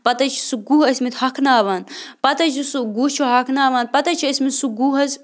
پَتہٕ حظ چھِ سُہ گُہہ ٲسۍمٕتۍ ہۄکھناوان پَتہٕ حظ چھِ سُہ گُہہ چھِ ہۄکھناوان پَتہٕ حظ چھِ ٲسۍمٕتۍ سُہ گُہہ حظ